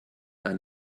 ein